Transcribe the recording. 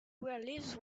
realize